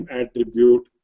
attribute